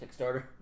Kickstarter